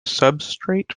substrate